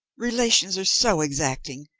relations are so exacting,